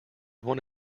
one